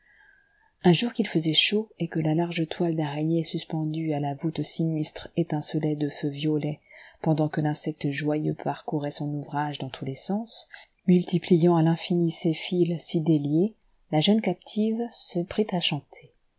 un jour qu'il faisait chaud et que la large toile d'araignée suspendue à la voûte sinistre étincelait de feux violets pendant que l'insecte joyeux parcourait son ouvrage dans tous les sens multipliant à l'infini ses fils si déliés la jeune captive se prit à chanter